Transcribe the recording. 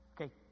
Okay